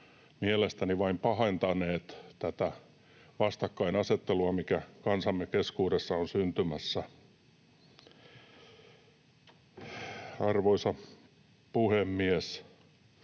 mielestäni vain pahentaneet tätä vastakkainasettelua, mikä kansamme keskuudessa on syntymässä. Arvoisa puhemies!